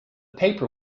paper